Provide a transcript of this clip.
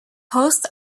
post